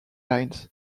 lines